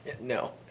no